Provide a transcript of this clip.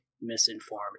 misinformed